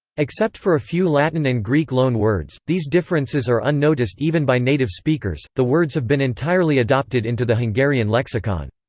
except for a few latin and greek loan-words, these differences are unnoticed even by native speakers the words have been entirely adopted into the hungarian lexicon.